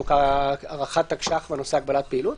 בחוק הארכת תקש"ח לנושא הגבלת פעילות.